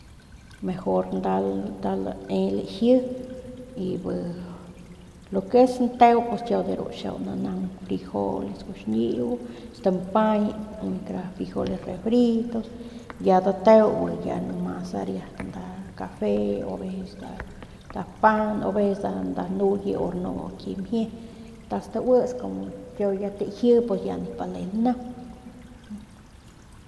Mejor nda nda lae laji y bi lu que nteu pus kiau de ru xiau nanaung frijoles guaxñiu stampay naui kara frijoles refritos ya dateu bi ya nomas riat nda cafe o a veces nda nda pan o a veces nda nda nuye u rnu mjie nda stauits como kiau ya taji nip bale lnaung.